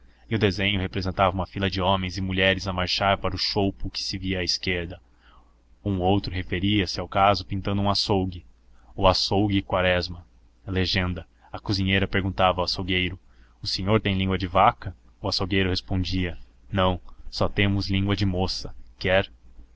e o desenho representava uma fila de homens e mulheres a marchar para o choupo que se via à esquerda um outro referia-se ao caso pintando um açougue o açougue quaresma legenda a cozinheira perguntava ao açougueiro o senhor tem língua de vaca o açougueiro respondia não só temos língua de moça quer